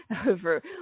over